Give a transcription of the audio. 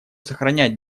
сохранять